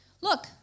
Look